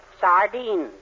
Sardines